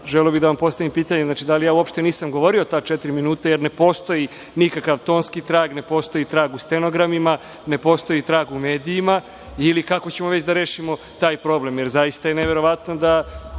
bih da vam postavim pitanje, da li ja uopšte nisam govorio ta četiri minuta jer ne postoji nikakav tonski trag, ne postoji trag u stenogramima, ne postoji trag u medijima, ili kako ćemo već da rešimo taj problem? Zaista je neverovatno da